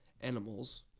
animals